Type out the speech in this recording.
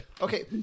okay